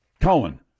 Cohen